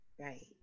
Right